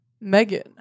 Megan